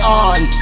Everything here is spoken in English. on